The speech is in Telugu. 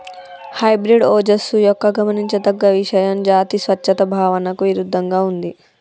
హైబ్రిడ్ ఓజస్సు యొక్క గమనించదగ్గ ఇషయం జాతి స్వచ్ఛత భావనకు ఇరుద్దంగా ఉంది